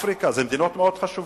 באפריקה, אלה מדינות מאוד חשובות.